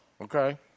Okay